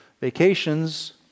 vacations